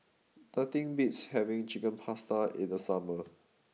nothing beats having Chicken Pasta in the summer